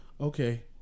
Okay